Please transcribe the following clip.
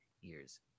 years